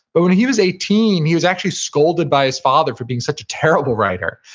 but when he was eighteen he was actually scolded by his father for being such a terrible writer.